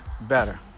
better